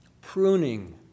pruning